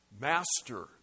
master